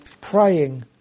praying